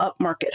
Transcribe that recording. upmarket